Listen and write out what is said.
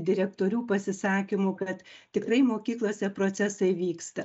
direktorių pasisakymų kad tikrai mokyklose procesai vyksta